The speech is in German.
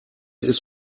ist